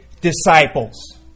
disciples